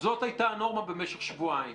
זאת הייתה הנורמה במשך שבועיים,